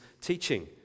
teaching